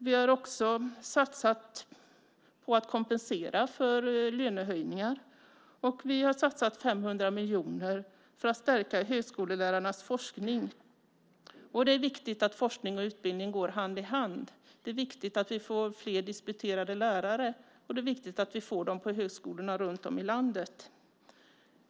Vi har också satsat på att kompensera för lönehöjningar, och vi har satsat 500 miljoner för att stärka högskolelärarnas forskning. Det är viktigt att forskning och utbildning går hand i hand. Det är viktigt att vi får fler disputerade lärare, och det är viktigt att de finns på högskolorna runt om i landet.